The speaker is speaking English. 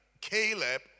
Caleb